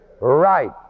Right